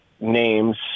names